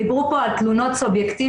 דיברו פה על תלונות סובייקטיביות,